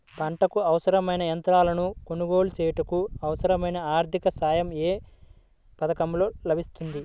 పంటకు అవసరమైన యంత్రాలను కొనగోలు చేయుటకు, అవసరమైన ఆర్థిక సాయం యే పథకంలో లభిస్తుంది?